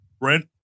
Brent